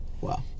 Wow